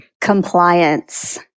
Compliance